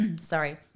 sorry